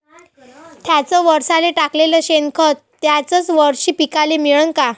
थ्याच वरसाले टाकलेलं शेनखत थ्याच वरशी पिकाले मिळन का?